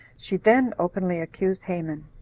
she then openly accused haman,